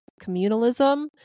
communalism